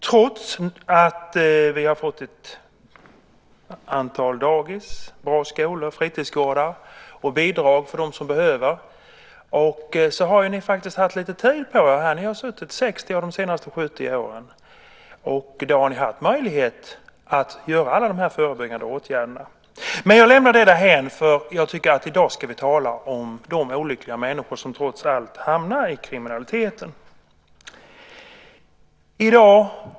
Trots att vi har fått ett antal dagis, bra skolor, fritidsgårdar och bidrag för dem som behöver det har ni haft lite tid på er. Ni har suttit vid makten under 60 av de senaste 70 åren. Då har ni haft möjlighet att göra alla dessa förebyggande åtgärder. Jag lämnar det därhän. I dag ska vi tala om de olyckliga människor som trots allt hamnar i kriminaliteten.